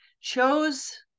chose